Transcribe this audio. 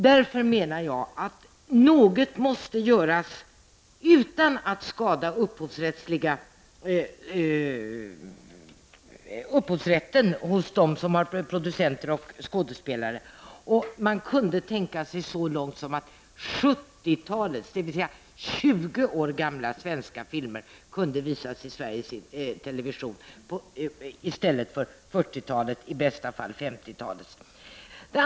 Därför menar jag att något måste göras utan att skada upphovsrätten för producenter och skådespelare. Man kunde tänka sig gå så långt att 70-talets, alltså 20 år gamla, svenska filmer kunde visas i Sveriges Television, i stället för 40-talets och i bästa fall 50-talets filmer.